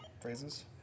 Phrases